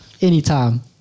Anytime